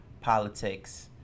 politics